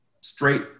straight